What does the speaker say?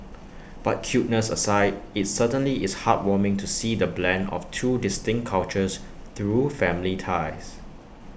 but cuteness aside IT certainly is heartwarming to see the blend of two distinct cultures through family ties